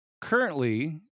currently